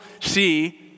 see